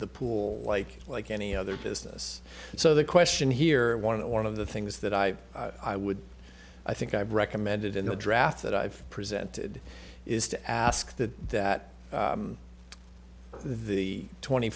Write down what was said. the pool like like any other business so the question here one that one of the things that i i would i think i've recommended in the draft that i've presented is to ask that that the twenty